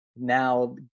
now